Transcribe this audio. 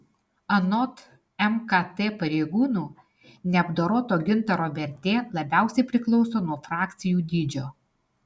anot mkt pareigūnų neapdoroto gintaro vertė labiausiai priklauso nuo frakcijų dydžio